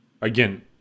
Again